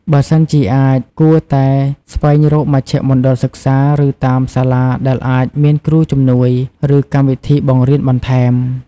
បើសិនជាអាច គួរតែស្វែងរកមជ្ឈមណ្ឌលសិក្សា ឬតាមសាលាដែលអាចមានគ្រូជំនួយ ឬកម្មវិធីបង្រៀនបន្ថែម។